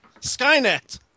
Skynet